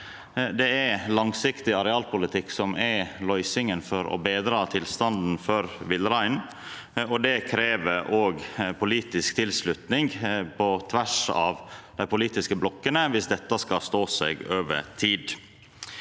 Det er langsiktig arealpolitikk som er løysinga for å betra tilstanden for villreinen. Det krev politisk tilslutning på tvers av dei politiske blokkene dersom dette skal stå seg over tid.